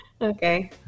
Okay